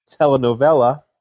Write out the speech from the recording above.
Telenovela